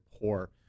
poor